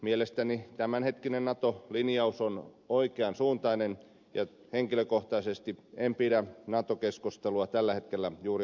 mielestäni tämänhetkinen nato linjaus on oikean suuntainen ja henkilökohtaisesti en pidä nato keskustelua tällä hetkellä juuri ajankohtaisena